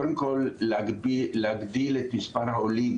קודם כל להגדיל את מספר העולים